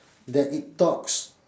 that it talks